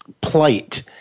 plight